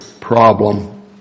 problem